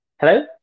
Hello